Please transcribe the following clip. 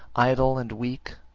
idle, and weak,